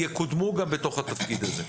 יקודמו גם בתוך התפקיד הזה.